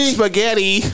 Spaghetti